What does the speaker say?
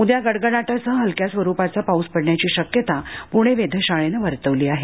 उद्या गडगडाटासह हलक्या स्वरूपाचा पाउस पडण्याची शक्यता पुणे वेधशाळेनं वर्तवली आहे